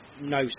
no